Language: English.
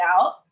out